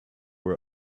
were